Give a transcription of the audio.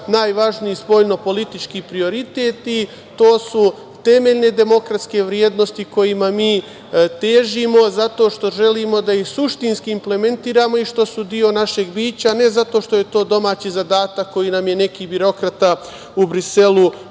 najvažniji spoljnopolitički prioritet i to su temeljne demokratske vrednosti kojima mi težimo, zato što želimo da ih suštinski implementiramo i što su deo našeg bića, a ne zato što je to domaći zadatak koji nam je neki birokrata u Briselu